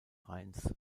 rheins